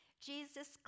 Jesus